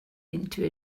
into